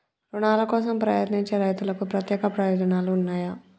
రుణాల కోసం ప్రయత్నించే రైతులకు ప్రత్యేక ప్రయోజనాలు ఉన్నయా?